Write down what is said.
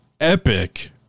epic